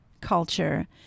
culture